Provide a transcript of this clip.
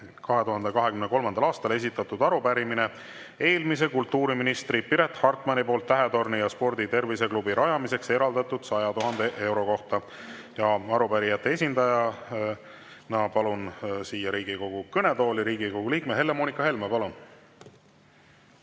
2023. aastal esitatud arupärimine eelmise kultuuriministri Piret Hartmani poolt Tähetorni Spordi- ja Terviseklubi rajamiseks eraldatud 100 000 euro kohta. Arupärijate esindajana palun siia Riigikogu kõnetooli Riigikogu liikme Helle-Moonika Helme. Palun!